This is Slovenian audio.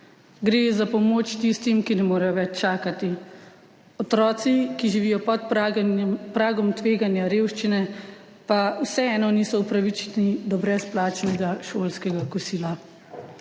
Gre za pomoč tistim, ki ne morejo več čakati – otroci, ki živijo pod pragom tveganja revščine, pa vseeno niso upravičeni do brezplačnega šolskega kosila.